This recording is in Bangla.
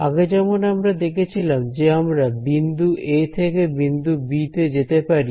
আগে যেমন আমরা দেখেছিলাম যে আমরা বিন্দু এ থেকে বিন্দু বি তে যেতে পারি